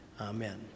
Amen